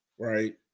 right